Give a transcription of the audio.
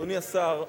אדוני השר,